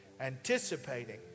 anticipating